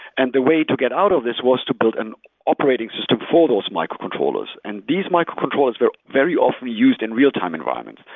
and the way to get out of this was to build an operating system for those microcontrollers, and these microcontrollers, they're very often used in real-time environments.